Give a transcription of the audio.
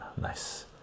Nice